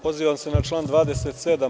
Pozivam se na član 27.